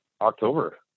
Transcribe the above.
October